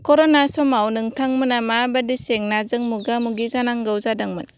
कर'ना समाव नोंथांमोना माबादि जेंनाजों मोगा मोगि जानांगौ जादोंमोन